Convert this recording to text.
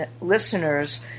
listeners